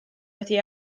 wedi